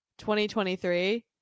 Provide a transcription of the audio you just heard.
2023